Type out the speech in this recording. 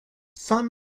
son